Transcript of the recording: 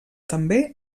també